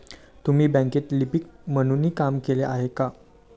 तुम्ही बँकेत लिपिक म्हणूनही काम केले आहे का?